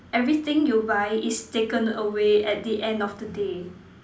everything you buy is taken away at the end of the day